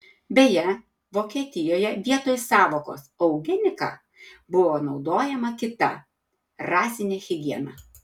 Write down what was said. beje vokietijoje vietoj sąvokos eugenika buvo naudojama kita rasinė higiena